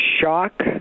shock